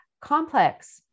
complex